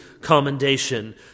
commendation